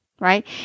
right